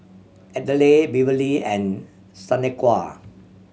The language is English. Ardelle Beverly and Shanequa